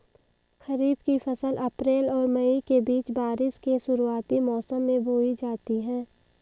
खरीफ़ की फ़सल अप्रैल और मई के बीच, बारिश के शुरुआती मौसम में बोई जाती हैं